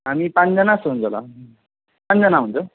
हामी पाँचजना छौँ होला पाँचजना हुन्छौँ